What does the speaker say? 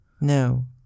No